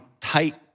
tight